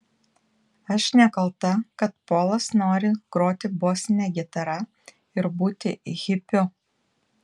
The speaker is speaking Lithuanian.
aš nekalta kad polas nori groti bosine gitara ir būti hipiu